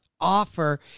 offer